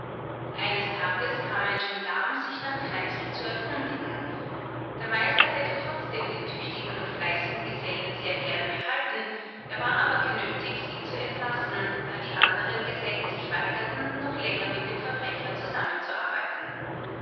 eines tages kam ein gendarm sich nach kneißl zu erkundigen der meister hätte trotzdem den tüchtigen und fleißigen gesellen sehr gern behalten er war aber genötigt ihn zu entlassen da die anderen gesellen sich weigerten noch länger mit dem verbrecher